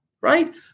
right